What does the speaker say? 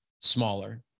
smaller